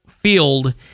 field